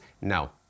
No